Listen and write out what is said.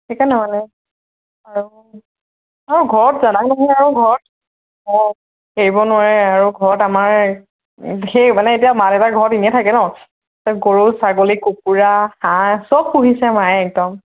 সেইকাৰণে নহ'লে আৰু অঁ ঘৰত আৰু ঘৰত অঁ এৰিব নোৱাৰে আৰু ঘৰত আমাৰ সেই মানে এতিয়া মা দেউতা ঘৰত এনে থাকে ন গৰু ছাগলী কুকুৰা হাঁহ চব পুহিছে মায়ে একদম